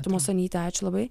tumasonytė ačiū labai